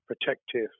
protective